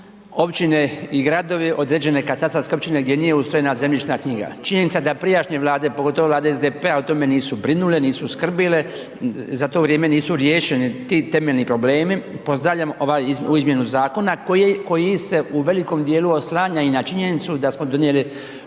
općine i gradovi, određene katastarske općine gdje nije ustrojena zemljišna knjiga. Činjenica da prijašnje Vlade, pogotovo Vlade SDP-a o tome nisu brinule, nisu skrbile, za to vrijeme nisu riješeni ti temeljni problemi, pozdravljam ovu izmjenu zakona koji se u velikom dijelu oslanja i na činjenicu da smo donijeli